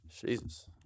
Jesus